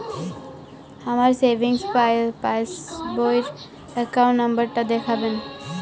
আমার সেভিংস পাসবই র অ্যাকাউন্ট নাম্বার টা দেখাবেন?